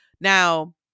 Now